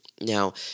Now